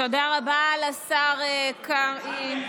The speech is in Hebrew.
תודה רבה לשר קרעי.